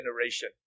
generation